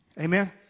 Amen